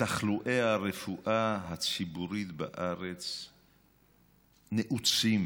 שתחלואי הרפואה הציבורית בארץ נעוצים